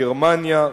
גרמניה,